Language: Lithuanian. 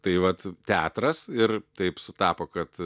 tai vat teatras ir taip sutapo kad